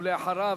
ואחריו,